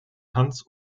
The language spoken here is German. hans